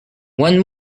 one